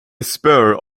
spur